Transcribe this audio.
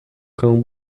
cão